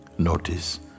Notice